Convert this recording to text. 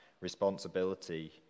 responsibility